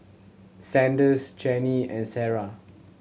Sanders Chaney and Sarrah